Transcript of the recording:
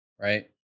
right